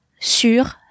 sur